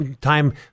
time